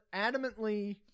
adamantly